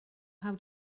how